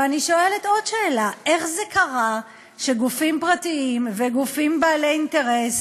ואני שואלת עוד שאלה: איך זה קרה שגופים פרטיים וגופים בעלי אינטרס